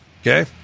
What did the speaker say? okay